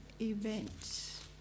events